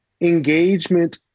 engagement